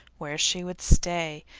where she would stay,